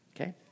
Okay